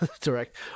direct